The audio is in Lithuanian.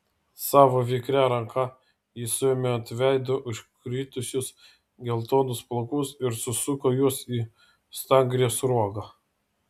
savo vikria ranka ji suėmė ant veido užkritusius geltonus plaukus ir susuko juos į stangrią sruogą